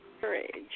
courage